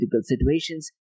situations